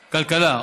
כלכלה.